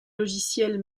logiciels